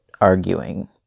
arguing